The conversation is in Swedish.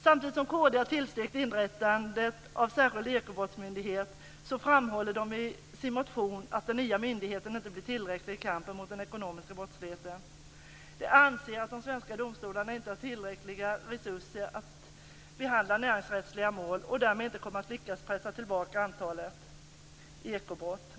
Samtidigt som kristdemokraterna har tillstyrkt inrättandet av en särskild ekobrottsmyndighet framhåller de i sin motion att den nya myndigheten inte blir tillräcklig i kampen mot den ekonomiska brottsligheten. De anser att de svenska domstolarna inte har tillräckliga resurser att behandla näringsrättsliga mål och därmed inte kommer att lyckas pressa tillbaka antalet ekobrott.